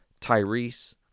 Tyrese